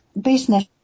business